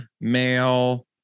male